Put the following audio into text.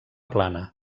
plana